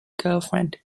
girlfriend